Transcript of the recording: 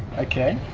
okay,